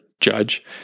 judge